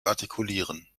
artikulieren